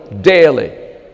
daily